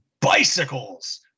bicycles